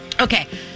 Okay